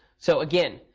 so again,